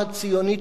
אמר גנדי,